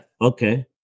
okay